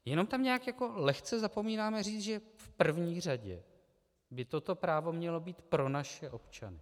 Jenom tam nějak jako lehce zapomínáme říci, že v první řadě by toto právo mělo být pro naše občany.